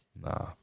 Nah